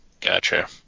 Gotcha